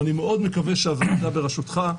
ואני מקווה שהוועדה בראשותך,